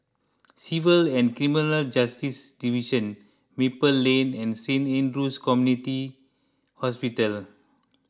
Civil and Criminal Justice Division Maple Lane and Saint andrew's Community Hospital